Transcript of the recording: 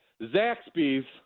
Zaxby's